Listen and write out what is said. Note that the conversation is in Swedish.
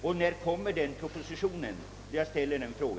När kommer i så fall den propositionen, herr statsråd?